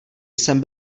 jsem